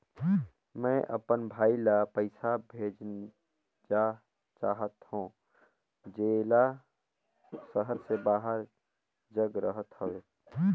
मैं अपन भाई ल पइसा भेजा चाहत हों, जेला शहर से बाहर जग रहत हवे